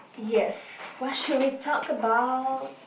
yes what should we talk about